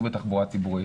לנסוע בתחבורה הציבורית.